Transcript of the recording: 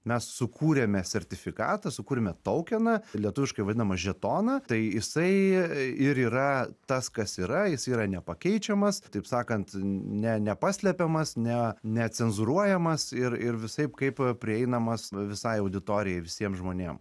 mes sukūrėme sertifikatą sukūrėme taukeną lietuviškai vadinamą žetoną tai jisai ir yra tas kas yra jis yra nepakeičiamas taip sakant ne nepaslepiamas ne necenzūruojamas ir ir visaip kaip prieinamas visai auditorijai visiem žmonėm